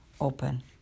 open